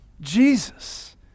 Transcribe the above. Jesus